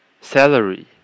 salary